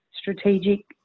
strategic